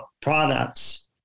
products